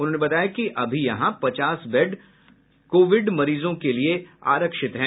उन्होंने बताया कि अभी यहां पचास बेड कोविड मरीजों के लिए आरक्षित हैं